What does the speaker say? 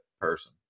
person